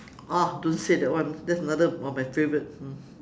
oh don't say that one that's another one of my favourite hmm